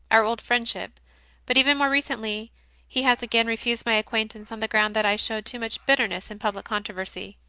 our old friendship but even more re cently he has again refused my acquaintance, on the ground that i showed too much bitterness in public controversy.